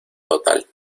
total